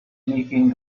making